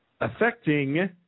Affecting